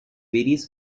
various